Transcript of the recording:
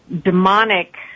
demonic